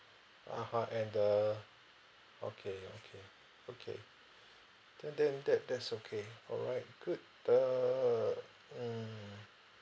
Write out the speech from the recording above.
(uh huh) and the okay okay okay then then that that's okay alright good err mm